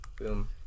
Boom